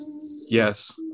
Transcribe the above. Yes